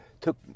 took